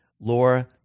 Laura